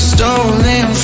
Stolen